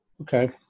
Okay